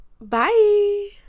Bye